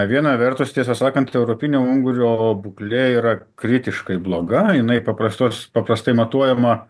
viena vertus tiesą sakant europinio ungurio būklė yra kritiškai bloga jinai paprastos paprastai matuojama